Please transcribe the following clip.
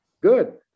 good